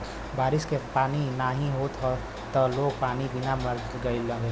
बारिश के पानी नाही होई त लोग पानी बिना मरे लगिहन